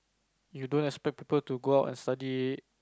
you don't expect people to go out and study